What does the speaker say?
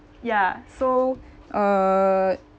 ya so uh